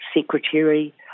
secretary